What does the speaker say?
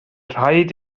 rhaid